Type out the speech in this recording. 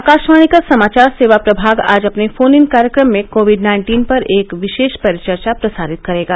आकाशवाणी का समाचार सेवा प्रभाग आज अपने फोन इन कार्यक्रम में कोविड नाइन्टीन पर एक विशेष परिचर्चा प्रसारित करेगा